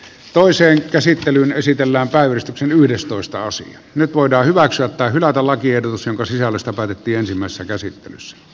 toiseen käsittelyyn esitellään päivystyksen yhdestoista osa nyt voidaan hyväksyä tai hylätä lakiehdotus jonka sisällöstä päätettiin ensimmäisessä käsittelyssä